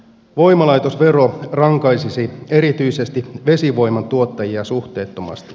voimalaitosvero rankaisisi erityisesti vesivoiman tuottajia suhteettomasti